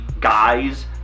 guys